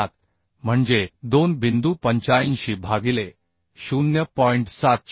707 म्हणजे 2 बिंदू 85 भागिले 0